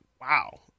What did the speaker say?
Wow